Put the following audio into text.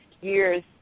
years